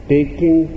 taking